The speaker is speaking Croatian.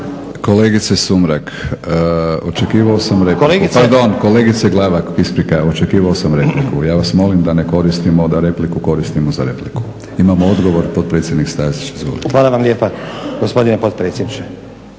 Glavak, isprika. Očekivao sam repliku. Ja vas molim da ne koristimo, da repliku koristimo za repliku. Imamo odgovor potpredsjednik Stazić, izvolite. **Stazić, Nenad (SDP)** Hvala vam lijepa gospodine potpredsjedniče.